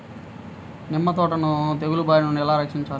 నిమ్మ తోటను తెగులు బారి నుండి ఎలా రక్షించాలి?